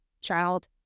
child